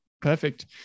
Perfect